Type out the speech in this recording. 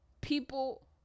people